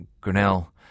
Grinnell